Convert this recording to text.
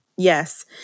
Yes